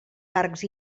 parcs